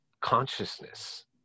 consciousness